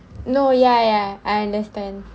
no ya ya I understand